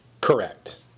Correct